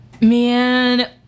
Man